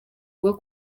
bwo